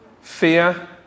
Fear